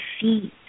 feet